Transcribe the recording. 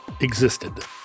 existed